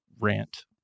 rant